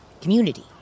community